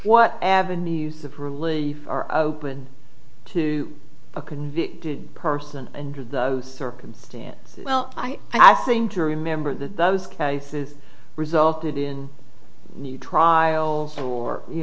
what avenues of realty are open to a convicted person under those circumstances well i seem to remember that those cases resulted in new trials or you